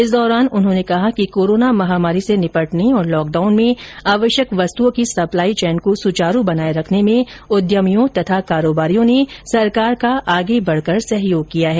इस दौरान उन्होंने कहा कि कोराना महामारी से निपटने और लॉकडाउन में आवश्यक वस्तुओं की सप्लाई चैन को सुचारू बनाए रखने में उद्यमियों तथा कारोबारियों ने सरकार का आगे बढ़कर सहयोग किया है